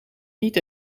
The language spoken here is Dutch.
niet